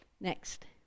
Next